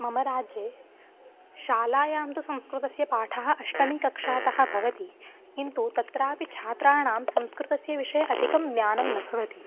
मम राज्ये शालायां तु संस्कृतस्य पाठः अष्टमिकक्षातः भवति किन्तु तत्रापि छात्राणां संस्कृतस्य विषये अधिकं ज्ञानं न भवति